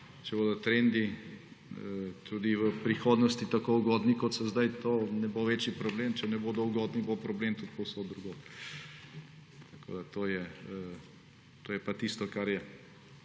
Če bodo trendi tudi v prihodnosti tako ugodni, kot so sedaj, to ne bo večji problem. Če ne bodo ugodni, bo problem tudi povsod drugod. To je tisto, kar je